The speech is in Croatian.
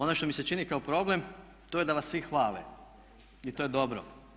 Ono što mi se čini kao problem to je da vas svi hvale i to je dobro.